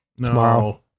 tomorrow